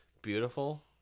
Beautiful